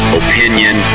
opinion